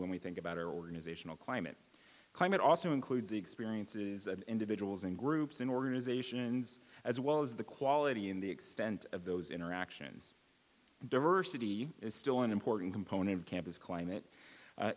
when we think about our organizational climate climate also includes experiences that individuals and groups in organizations as well as the quality in the extent of those interactions and diversity is still an important component of campus climate